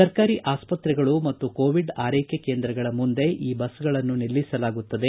ಸರ್ಕಾರಿ ಆಸ್ತತ್ರೆಗಳು ಮತ್ತು ಕೋವಿಡ್ ಆರೈಕೆ ಕೇಂದ್ರಗಳ ಮುಂದೆ ಈ ಬಸ್ಗಳನ್ನು ನಿಲ್ಲಿಸಲಾಗುತ್ತದೆ